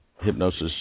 hypnosis